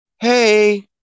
hey